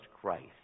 Christ